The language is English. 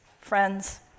friends